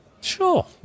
Sure